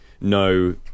no